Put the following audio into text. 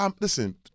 listen